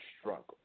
struggle